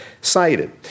cited